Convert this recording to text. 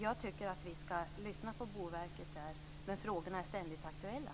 Jag tycker att vi skall lyssna på Boverket. Men frågorna är ständigt aktuella.